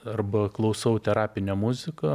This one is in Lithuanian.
arba klausau terapinę muziką